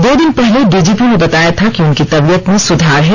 दो दिन पहले डीजीपी ने बताया था कि उनकी तबीयत में सुधार है